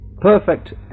perfect